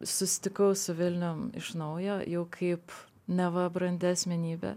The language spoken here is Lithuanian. susitikau su vilnium iš naujo jau kaip neva brandi asmenybė